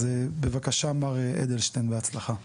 בבקשה מר אדלשטיין, בהצלחה.